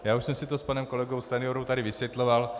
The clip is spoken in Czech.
Už jsem si to s panem kolegou Stanjurou tady vysvětloval.